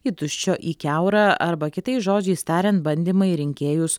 į tuščio į kiaurą arba kitais žodžiais tariant bandymai rinkėjus